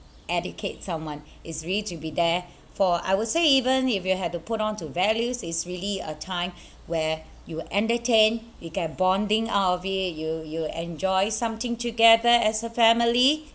educate someone it's really to be there for I would say even if you had to put on to values it's really a time where you entertain you get bonding out of it you you enjoy something together as a family